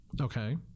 Okay